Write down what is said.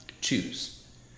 choose